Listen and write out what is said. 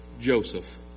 Joseph